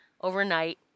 overnight